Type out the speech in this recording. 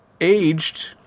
aged